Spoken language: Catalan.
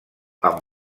amb